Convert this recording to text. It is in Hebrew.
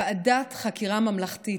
ועדת חקירה ממלכתית.